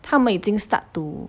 他们已经 start to